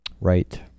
Right